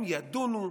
הם ידונו,